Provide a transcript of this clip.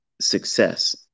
success